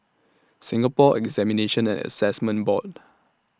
Singapore Examinations and Assessment Board